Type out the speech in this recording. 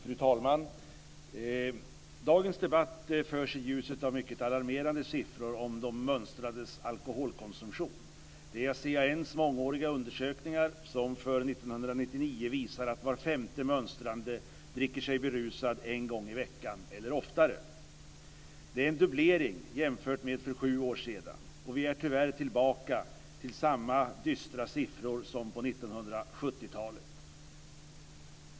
Fru talman! Dagens debatt förs i ljuset av mycket alarmerande siffror om de mönstrandes alkoholkonsumtion. Det är CAN:s mångåriga undersökningar som för 1999 visar att var femte mönstrande dricker sig berusad en gång i veckan eller oftare. Det är en dubblering jämfört med för sju år sedan. Vi är tyvärr tillbaka till samma dystra siffror som på 1970-talet.